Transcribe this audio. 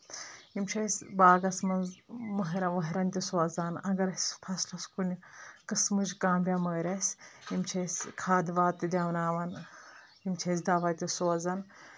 یِم چھِ أسۍ باغس منٛز مٔہرَن وہرن تہِ سوزان اگر اَسہِ فصلَس کُنہِ قٕسمٕچ کانٛہہ بؠمٲرۍ آسہِ یِم چھِ أسۍ کھادٕ واد تہِ دؠوناوان یِم چھِ أسۍ دوہ تہِ سوزان